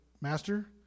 Master